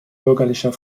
bürgerlicher